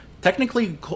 Technically